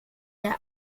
der